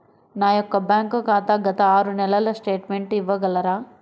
నా యొక్క బ్యాంక్ ఖాతా గత ఆరు నెలల స్టేట్మెంట్ ఇవ్వగలరా?